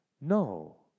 No